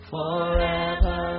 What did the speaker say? Forever